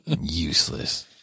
useless